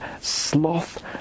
sloth